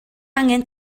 angen